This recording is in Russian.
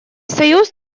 союз